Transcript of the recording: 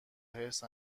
حرص